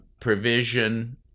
provision